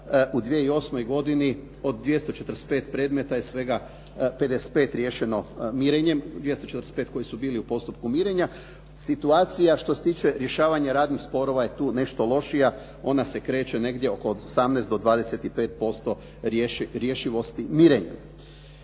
u 2008. godini od 245 predmeta je svega 55 riješeno mirenjem, 245 koji su bili u postupku mirenja, situacija što se tiče rješavanja radnih sporova je tu nešto lošija, ona se kreće negdje oko 18 do 25% rješivosti mirenja.